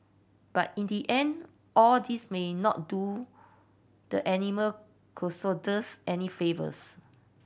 but in the end all this may not do the animal crusaders any favours